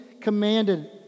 commanded